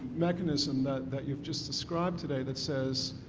mechanism that that you've just described today that says